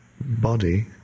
body